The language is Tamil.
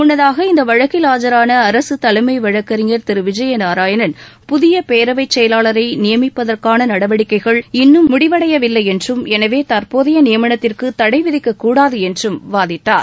முன்னதாக இந்த வழக்கில் ஆஜரான அரசு தலைமை வழக்கறிஞர் விஜயநாராயணன் புதிய பேரவை செயலாளரை நியமிப்பதற்கான நடவடிக்கைகள் இன்னும் முடிவடையவில்லை என்றும் எனவே தற்போதைய நியமனத்திற்கு தடை விதிக்கக் கூடாது என்றும் வாதிட்டார்